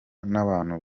n’abantu